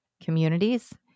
communities